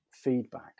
feedback